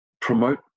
promote